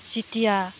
जेतिया